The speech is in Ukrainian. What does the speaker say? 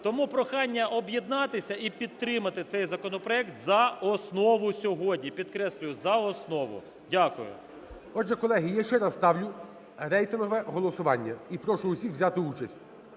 Тому прохання об'єднатися і підтримати цей законопроект за основу сьогодні, підкреслюю, за основу. Дякую. ГОЛОВУЮЧИЙ. Отже, колеги, я ще раз ставлю рейтингове голосування. І прошу усіх взяти участь.